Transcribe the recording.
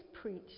preached